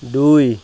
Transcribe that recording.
দুই